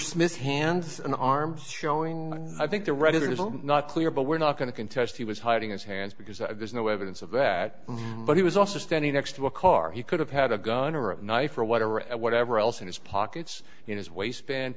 smith's hands and arms showing i think the record is not clear but we're not going to contest he was hiding his hands because there's no evidence of that but he was also standing next to a car he could have had a gun or a knife or whatever and whatever else in his pockets in his waist